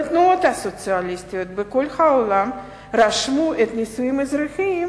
ותנועות סוציאליסטיות בכל העולם רשמו את הנישואים האזרחיים